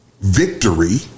victory